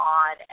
on